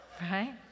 right